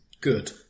Good